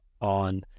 on